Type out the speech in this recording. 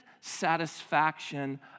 satisfaction